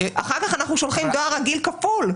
אחר כך אנחנו שולחים דואר רגיל כפול.